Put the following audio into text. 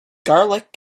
garlic